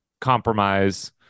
compromise